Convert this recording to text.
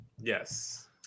Yes